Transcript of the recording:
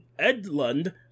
Edlund